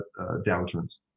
downturns